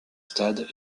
stade